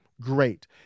great